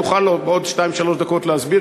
אם תוכל בעוד שתיים-שלוש דקות להסביר?